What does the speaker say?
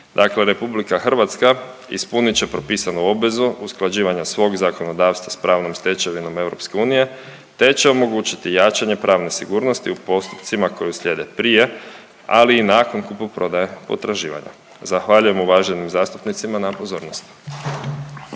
Dakle, RH ispunit će propisanu obvezu usklađivanja svog zakonodavstva s pravnom stečevinom EU te će omogućiti jačanje pravne sigurnosti u postupcima koji uslijede prije, ali i nakon kupoprodaje potraživanja. Zahvaljujem uvaženim zastupnicima na pozornosti.